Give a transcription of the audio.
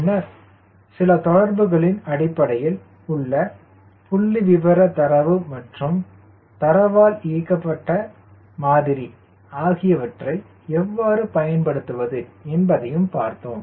பின்னர் சில தொடர்புகளின் அடிப்படையில் உள்ள புள்ளிவிவர தரவு மற்றும் தரவால் இயக்கப்பட்ட மாதிரி ஆகியவற்றை எவ்வாறு பயன்படுத்துவது என்பதை பார்ப்போம்